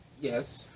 Yes